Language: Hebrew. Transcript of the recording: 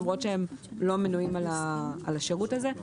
למרות שהם לא מנויים על השירות הזה.